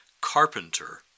carpenter